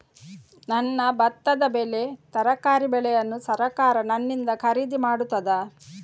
ನನ್ನ ಭತ್ತದ ಬೆಳೆ, ತರಕಾರಿ ಬೆಳೆಯನ್ನು ಸರಕಾರ ನನ್ನಿಂದ ಖರೀದಿ ಮಾಡುತ್ತದಾ?